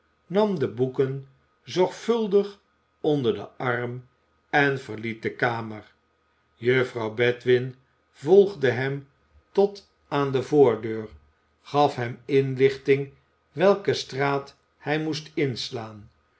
nam de boeken zorgvuldig onder den arm en verliet de kamer juffrouw bedwin volgde hem tot aan de voordeur gaf hem inlichting welke straat hij moest inslaan